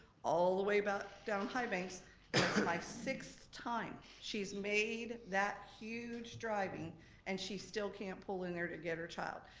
all the way back down highbanks. it's my sixth time she's made that huge driving and she still can't pull in there to get her child.